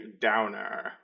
downer